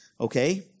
Okay